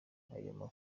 ayo